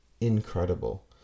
incredible